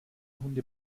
hunde